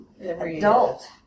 adult